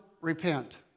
repent